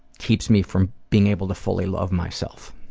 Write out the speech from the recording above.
keeps me from being able to fully love myself.